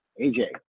AJ